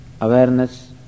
awareness